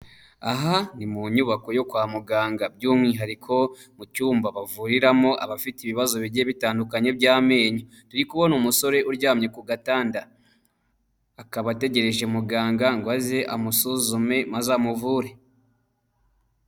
Aha ni mu nyubako yo kwa muganga by'umwihariko mu cyumba bavuriramo abafite ibibazo bigiye bitandukanye by'amenyo turi kubona umusore uryamye ku gatanda akaba ategereje muganga ngo aze amusuzume maze amuvure.